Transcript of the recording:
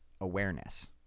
awareness